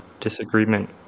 disagreement